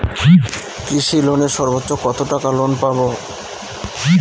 কৃষি লোনে সর্বোচ্চ কত টাকা লোন পাবো?